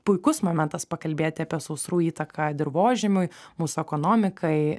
puikus momentas pakalbėti apie sausrų įtaką dirvožemiui mūsų ekonomikai